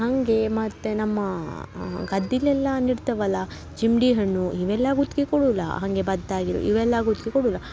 ಹಾಗೆ ಮತ್ತು ನಮ್ಮ ಗದ್ದೆಲ್ಲೆಲ್ಲ ನೆಡ್ತೆವಲ್ಲ ಚಿಮಡಿ ಹಣ್ಣು ಇವೆಲ್ಲ ಗುತ್ಗೆ ಕೊಡುಲ್ಲ ಹಾಗೆ ಭತ್ತ ಆಗಿದ್ರ್ ಇವೆಲ್ಲ ಗುತ್ಗೆ ಕೊಡುಲ್ಲ